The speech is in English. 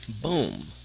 boom